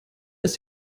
ist